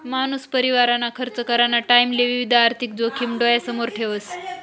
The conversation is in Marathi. मानूस परिवारना खर्च कराना टाईमले विविध आर्थिक जोखिम डोयासमोर ठेवस